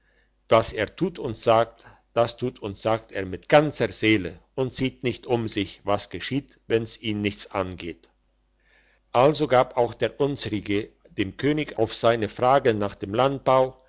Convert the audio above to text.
was er tut und sagt das tut und sagt er mit ganzer seele und sieht nicht um sich was geschieht wenn's ihn nichts angeht also gab auch der unsrige dem könig auf seine fragen nach dem landbau